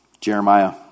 Jeremiah